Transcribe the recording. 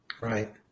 Right